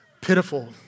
pitiful